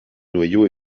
noyau